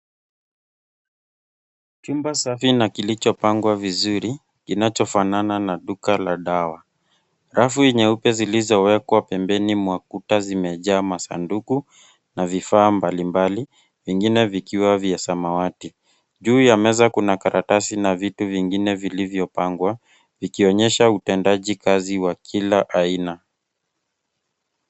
Chumba safi na kilichopangwa vizuri, kinachofanana na duka la dawa. Rafu nyeupe zilizowekwa pembeni za kuta zimejaa masanduku na vifaa mbalimbali, vingine vikiwa vya samawati. Juu ya meza kuna karatasi na vitu vingine vilivyopangwa vikionyesha utendaji kazi wa kila aina.